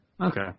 Okay